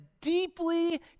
deeply